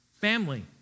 family